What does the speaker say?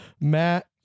Matt